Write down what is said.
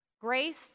Grace